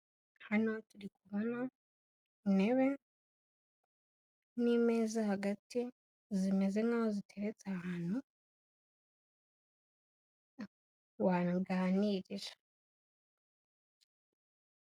Hano turi kubona intebe nimeza hagati zimeze nkaho ziteretse ahantu waganirira.